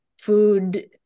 food